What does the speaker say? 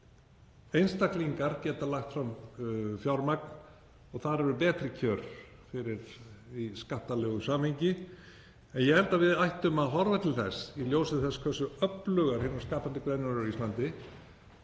Einstaklingar geta lagt fram fjármagn og þar eru betri kjör í skattalegu samhengi. En ég held að við ættum að horfa til þess, í ljósi þess hversu öflugar skapandi greinar eru á Íslandi,